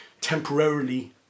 temporarily